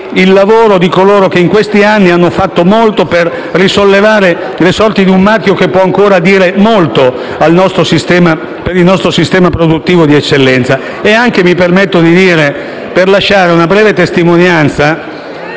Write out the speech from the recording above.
il lavoro di coloro che in questi anni hanno fatto molto per risollevare le sorti di un marchio che può ancora dire molto per il nostro sistema produttivo di eccellenza e anche - mi permetto di dire - per lasciare una breve testimonianza